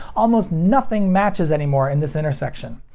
almost nothing matches anymore in this intersection.